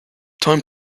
time